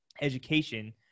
education